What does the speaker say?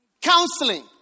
Counseling